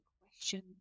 question